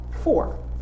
Four